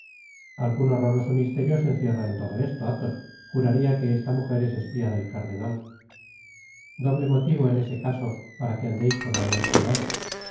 algon horroroso misterio se encierra en todo esto athos juraria que esta mujer es espia del cardenal doble motivo en ese caso para que andeis con mayor cuidado